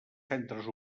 centres